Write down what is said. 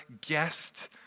guest